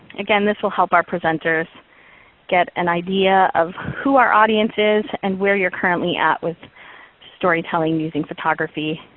again this will help our presenters get an idea of who our audience is, and where you're currently at with storytelling using photography,